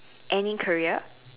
any career